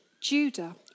Judah